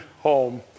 home